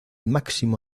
máximo